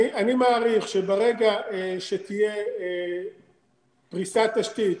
אני מעריך שברגע שתהיה פריסת תשתית,